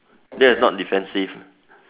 that's not defensive